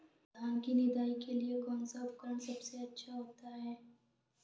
धान की निदाई के लिए कौन सा उपकरण सबसे अच्छा होता है?